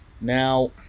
now